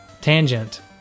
tangent